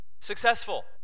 successful